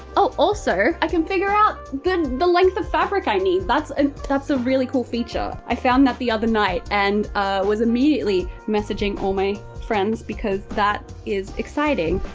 oh also, i can figure out the length of fabric i need. that's ah that's a really cool feature. i found that the other night and was immediately messaging all my friends because that is exciting.